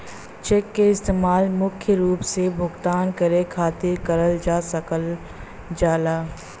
check क इस्तेमाल मुख्य रूप से भुगतान करे खातिर करल जा सकल जाला